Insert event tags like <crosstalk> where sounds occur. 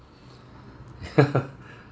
<laughs>